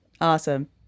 Awesome